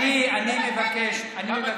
אין עם מי לדבר, באמת, אין עם מי.